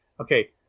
Okay